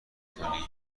کنی